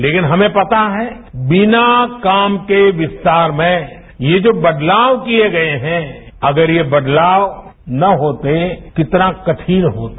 लेकिन हमें पता है बिना काम के विस्तारमें ये जो बदलाव किए गए हैं अगर ये बदलाव न होते कितना कठिनहोता